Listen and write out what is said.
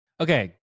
Okay